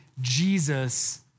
Jesus